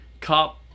cup